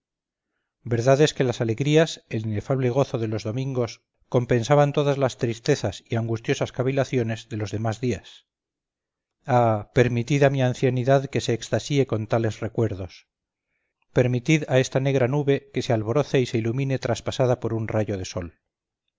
verdad es que las alegrías el inefable gozo de los domingos compensaban todas las tristezas y angustiosas cavilaciones de los demás días ah permitid a mi ancianidad que se extasíe con tales recuerdos permitid a esta negra nube que se alboroce y se ilumine traspasada por un rayo de sol